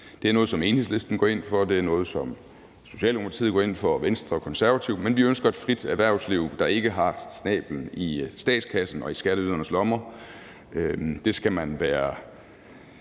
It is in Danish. Det er noget, som Enhedslisten går ind for. Det er noget, som Socialdemokratiet går ind for, og som Venstre og Konservative gør, men vi ønsker et frit erhvervsliv, der ikke har snablen i statskassen og i skatteydernes lommer. Man skal være